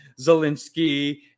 Zelensky